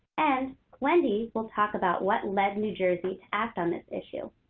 and wendy will talk about what led new jersey to act on this issue.